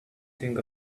think